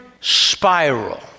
spiral